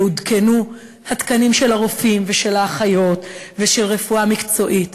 יעודכנו התקנים של הרופאים ושל האחיות ושל הרפואה המקצועית.